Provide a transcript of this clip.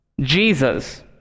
Jesus